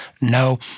No